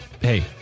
hey